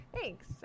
thanks